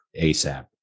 ASAP